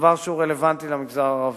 דבר שהוא רלוונטי למגזר הערבי.